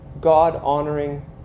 God-honoring